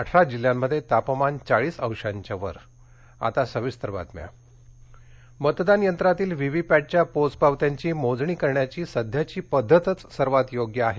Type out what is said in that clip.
अठरा जिल्ह्यांमध्ये तापमान चाळीस वर्षांच्या वर व्हीव्हीपॅट मतदान यंत्रातील व्हीव्हीपॅटच्या पोचपावत्यांची मोजणी करण्याची सध्याची पद्धतच सर्वात योग्य आहे